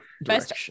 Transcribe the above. Best